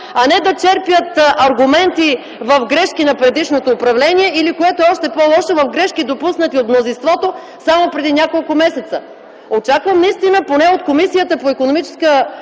а не да черпят аргументи в грешки на предишното управление или, което е още по-лошо, в грешки, допуснати от мнозинството само преди няколко месеца! Очаквам поне от Комисията по икономическата